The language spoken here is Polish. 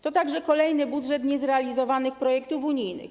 To także kolejny budżet niezrealizowanych projektów unijnych.